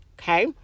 okay